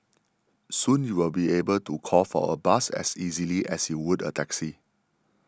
soon you will be able to call for a bus as easily as you would a taxi